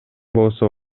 болсо